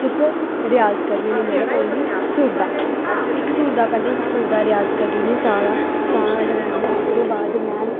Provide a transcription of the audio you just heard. सिर्फ रिआज करनी होन्नी मतलब ओनली सुर दा इक सुर दा पैह्ले इक सुर दा रिआज करनी होन्नी सा दा सा लगाइयै ओह्दे बाद में